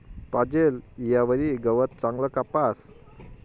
पाजेल ईयावरी गवत चांगलं कापास